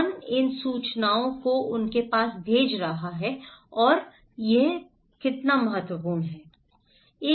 कौन इन सूचनाओं को उनके पास भेज रहा है और यह कितना महत्वपूर्ण है